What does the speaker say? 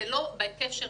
אבל זה לא בהיקף שרצינו.